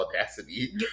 audacity